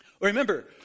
Remember